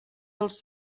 dels